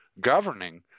governing